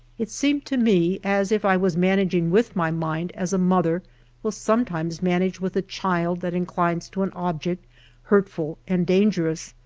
it seemed to me as if i was managing with my mind as a mother will sometimes manage with a child that inclines to an object hurtful and dangerous,